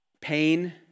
pain